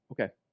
Okay